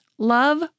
Love